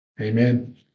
Amen